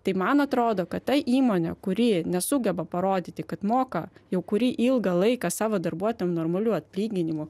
tai man atrodo kad ta įmonė kuri nesugeba parodyti kad moka jau kurį ilgą laiką savo darbuotojam normalių atlyginimu